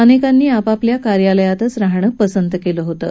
अनेकांनी आपापल्या कार्यालयातच राहणं पसंत केलं होतं